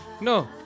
no